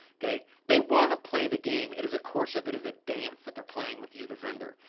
kay? they want to play the game. it is a courtship, it is a dance that they're playing with you, the vendor,